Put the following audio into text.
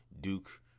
Duke